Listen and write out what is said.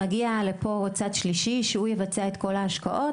מגיע לפה צד שלישי שהוא יבצע את כל ההשקעות,